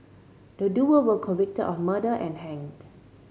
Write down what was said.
the duo were convicted of murder and hanged